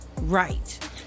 right